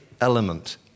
element